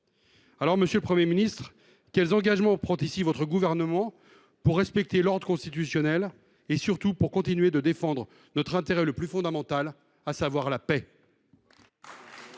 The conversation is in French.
Alors, monsieur le Premier ministre, quels engagements votre gouvernement prend il ici pour respecter l’ordre constitutionnel et continuer de défendre notre intérêt le plus fondamental, à savoir la paix ?